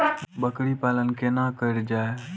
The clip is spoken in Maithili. बकरी पालन केना कर जाय?